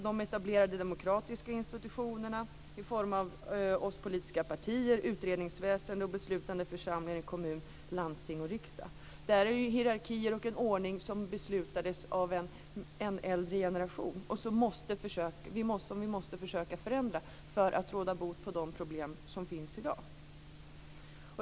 De etablerade demokratiska institutionerna, i form av politiska partier, utredningsväsende och beslutande församlingar i kommun, landsting och riksdag, är hierarkier och en ordning som beslutades av en äldre generation och som vi måste försöka förändra för att råda bot på de problem som finns i dag.